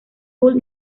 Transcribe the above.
gould